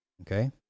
okay